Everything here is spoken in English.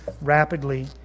rapidly